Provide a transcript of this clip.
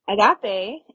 agape